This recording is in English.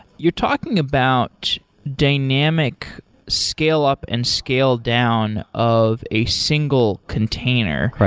you're talking about dynamic scale up and scale down of a single container.